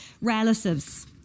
relatives